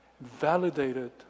Validated